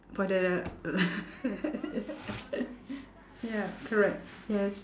but the ya correct yes